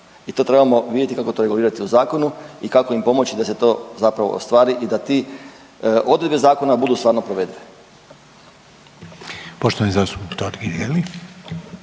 i to trebamo vidjeti kako to regulirati u zakonu i kako im pomoći da se to zapravo ostvari i da ti odredbe zakona budu stvarno provedene.